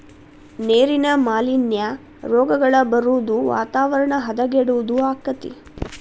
ನೇರಿನ ಮಾಲಿನ್ಯಾ, ರೋಗಗಳ ಬರುದು ವಾತಾವರಣ ಹದಗೆಡುದು ಅಕ್ಕತಿ